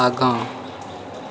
आगाँ